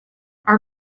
our